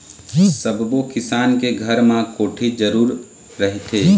सब्बो किसान के घर म कोठी जरूर रहिथे